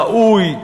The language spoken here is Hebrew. ראוי,